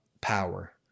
power